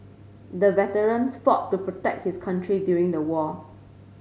the veteran fought to protect his country during the war